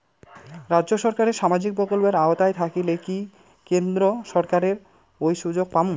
রাজ্য সরকারের সামাজিক প্রকল্পের আওতায় থাকিলে কি কেন্দ্র সরকারের ওই সুযোগ পামু?